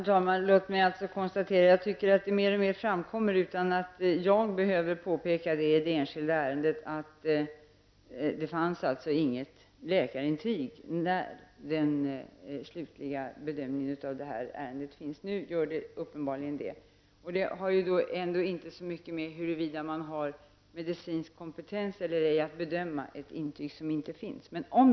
Herr talman! Låt mig konstatera att det mer och mer framkommer, utan att Jan Hyttring behöver påpeka det i ett enskilt ärende, att det inte fanns något läkarintyg vid det här tillfället. När ärendet nu slutbedöms finns det uppenbarligen ett intyg. Det har ju heller inte så mycket att göra med hurvida man har medicinsk kompetens eller ej för att bedöma ett intyg som inte finns.